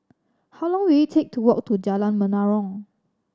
how long will it take to walk to Jalan Menarong